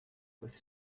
with